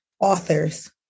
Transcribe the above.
authors